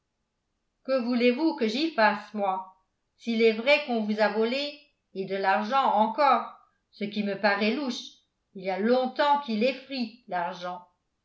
que voulez-vous que j'y fasse moi s'il est vrai qu'on vous a volée et de l'argent encore ce qui me paraît louche il y a longtemps qu'il est frit l'argent